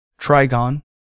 trigon